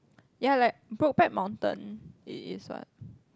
ya like Brokeback-Mountain it is what